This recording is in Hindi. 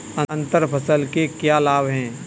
अंतर फसल के क्या लाभ हैं?